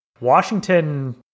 Washington